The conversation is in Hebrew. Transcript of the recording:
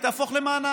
היא תהפוך למענק.